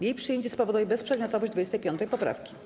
Jej przyjęcie spowoduje bezprzedmiotowość 25. poprawki.